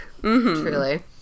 truly